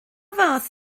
fath